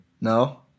No